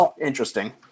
interesting